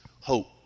hope